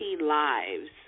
lives